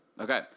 Okay